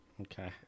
okay